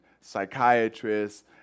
psychiatrists